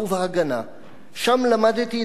שם למדתי את המושגים הללו.